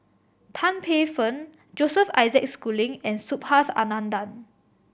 Tan Paey Fern Joseph Isaac Schooling and Subhas Anandan